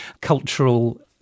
cultural